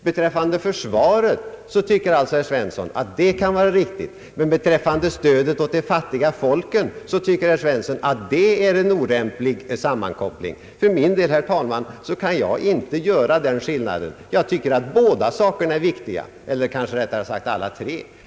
Beträffande försvaret tycker alltså herr Svensson att detta tillvägagångssätt kan vara riktigt, men beträffande stödet åt de fattiga folken tycker herr Svensson att det är en olämplig sammankoppling. För min del, herr talman, kan jag inte göra en sådan skillnad. Jag tycker att båda sakerna är viktiga, eller rättare sagt alla tre.